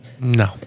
No